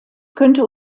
könnte